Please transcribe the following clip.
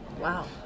Wow